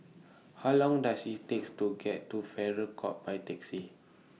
How Long Does IT takes to get to Farrer Court By Taxi